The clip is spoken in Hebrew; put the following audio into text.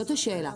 זאת השאלה.